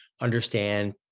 understand